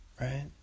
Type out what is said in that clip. right